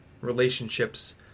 relationships